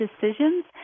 decisions